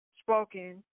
spoken